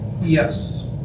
Yes